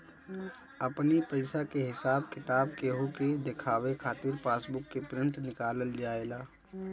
अपनी पईसा के हिसाब किताब केहू के देखावे खातिर पासबुक के प्रिंट निकालल जाएला